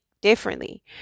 Differently